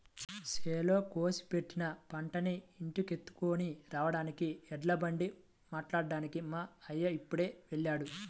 చేలో కోసి పెట్టిన పంటని ఇంటికెత్తుకొని రాడానికి ఎడ్లబండి మాట్లాడ్డానికి మా అయ్య ఇప్పుడే వెళ్ళాడు